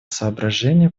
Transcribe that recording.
соображение